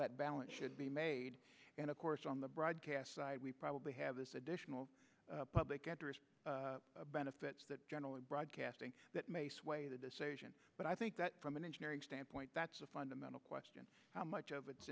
that balance should be made and of course on the broadcast side we probably have this additional public at benefits that general broadcasting that may sway the decision but i think that from an engineering standpoint that's a fundamental question how much of it's